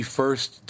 first